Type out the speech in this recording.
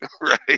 right